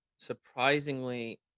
surprisingly